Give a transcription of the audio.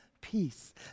peace